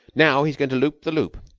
now he's going to loop the loop.